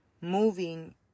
moving